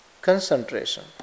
concentration